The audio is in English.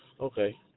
okay